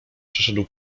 przeszedł